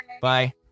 Bye